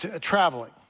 traveling